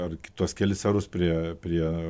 ar kituos kelis arus prie prie